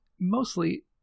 mostly